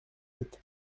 sept